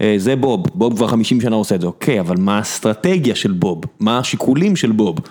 זה בוב, בוב כבר 50 שנה עושה את זה. אוקיי, אבל מה האסטרטגיה של בוב? מה השיקולים של בוב?